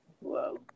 whoa